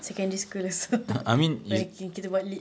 secondary school also when kita buat lit